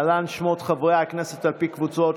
להלן שמות חברי הכנסת על פי קבוצות: